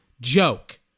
joke